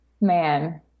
Man